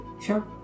Sure